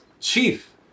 chief